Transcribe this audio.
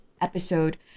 episode